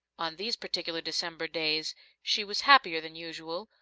on these particular december days she was happier than usual,